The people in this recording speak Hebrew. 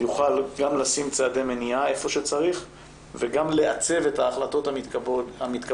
יוכל גם לשים צעדי מניעה איפה שצריך וגם לעצב את ההחלטות המתקבלות,